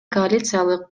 коалициялык